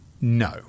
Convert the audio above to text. No